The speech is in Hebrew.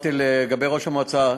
לגבי ראש המועצה,